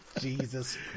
jesus